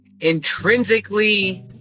Intrinsically